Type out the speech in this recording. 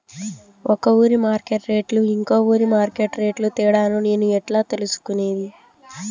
ఒక ఊరి మార్కెట్ రేట్లు ఇంకో ఊరి మార్కెట్ రేట్లు తేడాను నేను ఎట్లా తెలుసుకునేది?